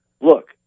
look